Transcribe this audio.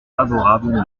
favorable